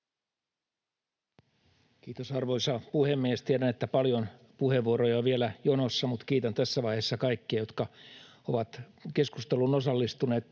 Kiitos, arvoisa puhemies! Tiedän, että paljon puheenvuoroja on vielä jonossa, mutta kiitän tässä vaiheessa kaikkia, jotka ovat keskusteluun osallistuneet.